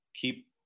keep